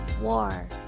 war